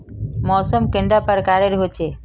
मौसम कैडा प्रकारेर होचे?